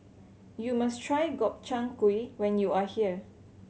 you must try Gobchang Gui when you are here